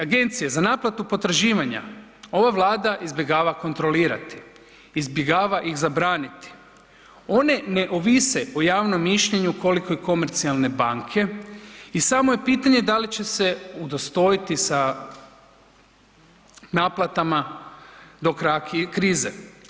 Agencije za naplatu potraživanja ova Vlada izbjegava kontrolirati, izbjegava ih zabraniti, one ne ovise o javnom mišljenju koliko i komercijalne banke i samo je pitanje da li će se udostojiti sa naplatama do kraja krize.